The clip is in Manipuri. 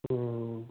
ꯎꯝ